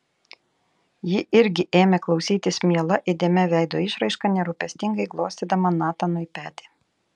ji irgi ėmė klausytis miela įdėmia veido išraiška nerūpestingai glostydama natanui petį